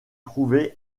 trouvaient